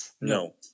no